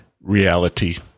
Reality